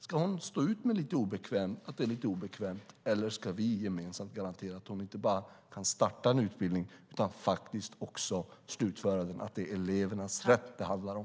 Ska hon stå ut med att det är lite obekvämt, eller ska vi gemensamt garantera att hon inte bara kan starta en utbildning utan faktiskt också slutföra den? Det är elevernas rätt det handlar om.